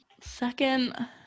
Second